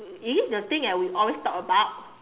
is it the thing that we always talk about